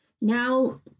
Now